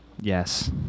Yes